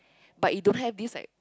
but you don't have this like